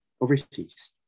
overseas